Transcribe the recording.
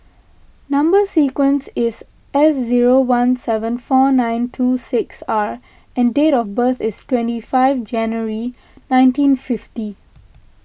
Number Sequence is S zero one seven four nine two six R and date of birth is twenty five January nineteen fifty